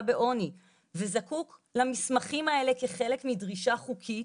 בעוני וזקוק למסמכים האלה כחלק מדרישה חוקית,